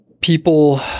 people